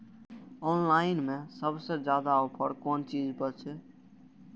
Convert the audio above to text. Online में सबसे ज्यादा ऑफर कोन चीज पर छे?